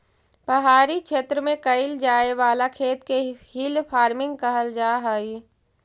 पहाड़ी क्षेत्र में कैइल जाए वाला खेत के हिल फार्मिंग कहल जा हई